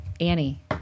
Annie